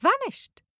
vanished